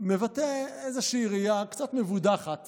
מבטא איזושהי ראייה קצת מבודחת